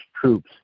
troops